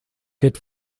could